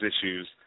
issues